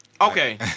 Okay